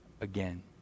again